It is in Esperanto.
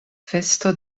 festo